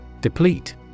Deplete